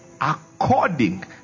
according